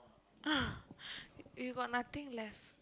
you got nothing left